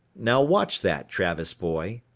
now watch that, travis boy,